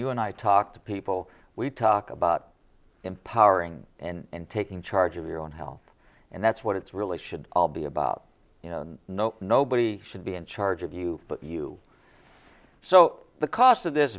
you and i talk to people we talk about empowering and taking charge of your own health and that's what it's really should all be about you know and no nobody should be in charge of you but you so the cost of this